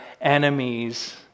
enemies